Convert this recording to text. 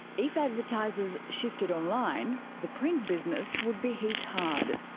if advertisers shifted online, the print business would be hit hard.